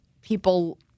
people